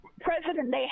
president